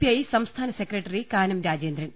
I സംസ്ഥാന secretary Kanam Rajendran